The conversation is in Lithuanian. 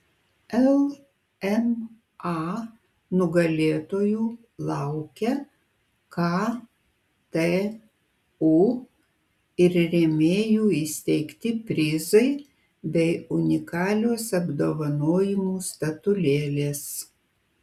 lma nugalėtojų laukia ktu ir rėmėjų įsteigti prizai bei unikalios apdovanojimų statulėlės